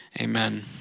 amen